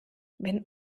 wenn